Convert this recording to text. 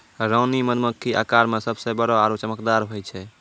रानी मधुमक्खी आकार मॅ सबसॅ बड़ो आरो चमकदार होय छै